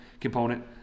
component